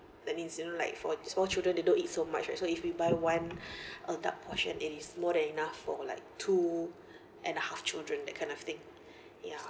that means you know like for small children they don't eat so much right so if we buy one adult portion it is more than enough for like two and a half children that kind of thing ya